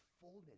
fullness